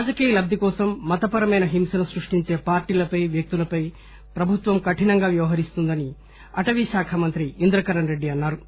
రాజకీయ లబ్దికోసం మతపరమైన హింసను స్పష్టించే పార్టీలపై వ్యక్తులపై ప్రభుత్వం కఠినంగా వ్యవహరిస్తుందని అటవీ శాఖా మంత్రి ఇంద్రకరణ్ రెడ్డి అన్నా రు